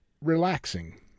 relaxing